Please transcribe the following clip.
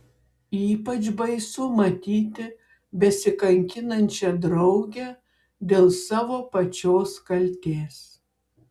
ypač baisu matyti besikankinančią draugę dėl savo pačios kaltės